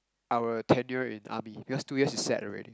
our tenure in army because two years is set already